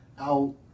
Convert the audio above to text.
out